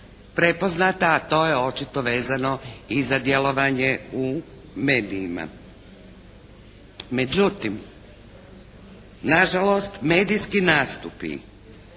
prepoznata a to je očito vezano i za djelovanje u medijima. Međutim nažalost medijski nastupi